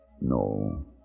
No